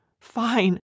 Fine